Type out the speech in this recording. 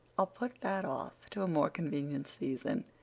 i'll put that off to a more convenient season,